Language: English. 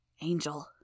Angel